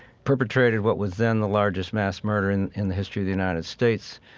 perpetrated what was then the largest mass murder in in the history of the united states,